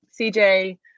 CJ